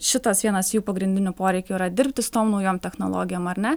šitas vienas jų pagrindinių poreikių yra dirbti su tom naujom technologijom ar ne